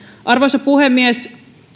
arvoisa puhemies